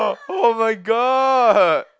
[oh]-my-god